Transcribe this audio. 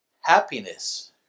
happiness